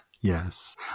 yes